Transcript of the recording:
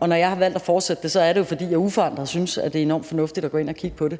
og når jeg har valgt at fortsætte det, er det jo, fordi jeg uforandret synes, det er enormt fornuftigt at gå ind at kigge på det.